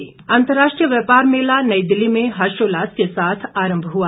व्यापार मेला अंतर्राष्ट्रीय व्यापार मेला नई दिल्ली में हर्षोल्लास के साथ आरंभ हुआ